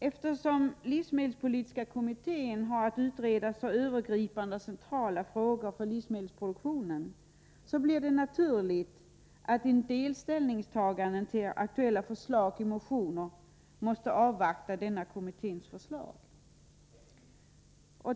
Eftersom livsmedelspolitiska kommittén har att utreda så övergripande och centrala frågor för livsmedelsproduktionen blir det naturligt att man inför en del ställningstaganden till aktuella förslag i motioner måste avvakta kommitténs förslag.